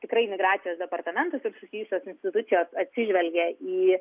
tikrai migracijos departamentas ir susijusios institucijos atsižvelgia į